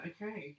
Okay